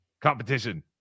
competition